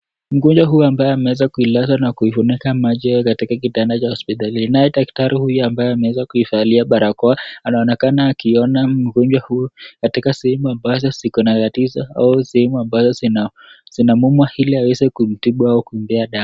Mgonjwa huyu ambaye ameweza kuilaza na kuifunika macho katika kitanda cha hospitalini. Na huyu daktari huyu ambaye ameweza kuivalia barakoa anaonekana akiona mgonjwa huyu katika sehemu ambazo ziko na tatizo au sehemu ambazo zinamumwa ili aweze kumtibu au kumpea dawa.